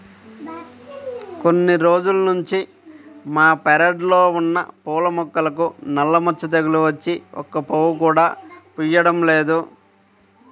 కొన్ని రోజుల్నుంచి మా పెరడ్లో ఉన్న పూల మొక్కలకు నల్ల మచ్చ తెగులు వచ్చి ఒక్క పువ్వు కూడా పుయ్యడం లేదు